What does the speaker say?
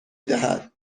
دهد